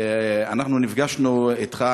אנחנו נפגשנו אתך,